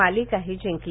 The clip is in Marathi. मालिकाही जिंकली